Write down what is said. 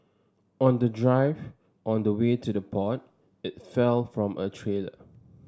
on the drive on the way to the port it fell from a trailer